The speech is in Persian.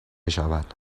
شود